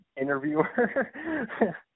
interviewer